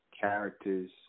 characters